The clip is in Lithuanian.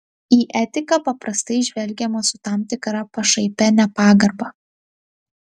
į etiką paprastai žvelgiama su tam tikra pašaipia nepagarba